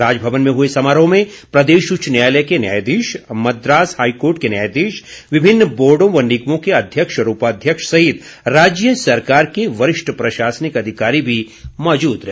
राजभवन में हुए समारोह में प्रदेश उच्च न्यायालय के न्यायाधीश मद्रास हाईकोर्ट के न्यायाधीश विभिन्न बोर्डो व निगमों के अध्यक्ष और उपाध्यक्ष सहित राज्य सरकार के वरिष्ठ प्रशासनिक अधिकारी भी मौजूद रहे